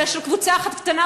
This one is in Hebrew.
אלא של קבוצה אחת קטנה,